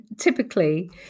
typically